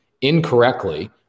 incorrectly